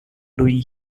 doing